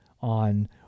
on